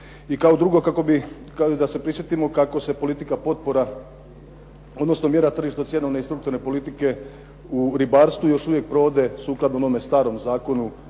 I kao drugo kako bi da se prisjetimo kako se politika potpora, odnosno mjera tržišno cjenovne i strukturne politike u ribarstvu još uvijek provode sukladno onom starom zakonu